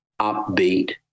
upbeat